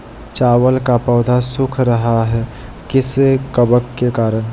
चावल का पौधा सुख रहा है किस कबक के करण?